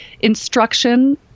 instruction